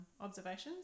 Observations